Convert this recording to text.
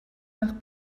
nach